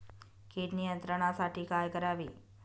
कीड नियंत्रणासाठी काय करावे?